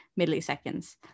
milliseconds